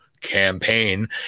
campaign